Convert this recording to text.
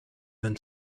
than